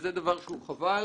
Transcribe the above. וזה דבר שהוא חבל,